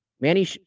Manny